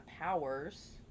powers